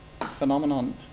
phenomenon